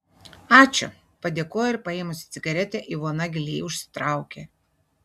ačiū padėkojo ir paėmusi cigaretę ivona giliai užsitraukė